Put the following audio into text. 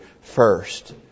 first